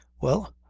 well,